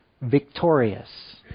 victorious